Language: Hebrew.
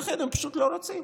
לכן הם פשוט לא רוצים.